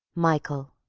michael